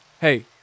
Hey